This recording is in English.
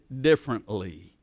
differently